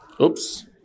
Oops